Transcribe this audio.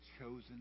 chosen